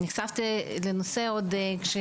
אני מתכבד לפתוח את ישיבת ועדת הבריאות של הכנסת